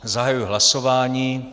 Zahajuji hlasování.